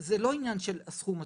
זה לא עניין של הסכום עצמו.